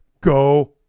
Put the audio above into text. Go